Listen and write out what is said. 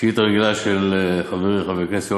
שאילתה רגילה של חברי חבר הכנסת יואל